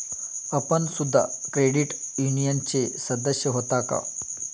आपण सुद्धा क्रेडिट युनियनचे सदस्य होता का?